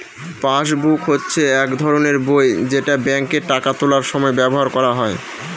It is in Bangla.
পাসবুক হচ্ছে এক ধরনের বই যেটা ব্যাঙ্কে টাকা তোলার সময় ব্যবহার করা হয়